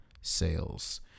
sales